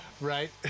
Right